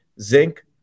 zinc